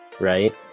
right